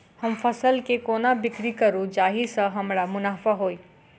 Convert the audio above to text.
हम फसल केँ कोना बिक्री करू जाहि सँ हमरा मुनाफा होइ?